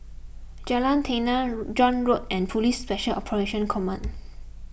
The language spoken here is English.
Jalan Tenang John Road and Police Special Operations Command